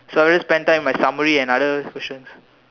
so I just spend time on my summary and other questions